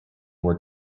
were